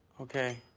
okay,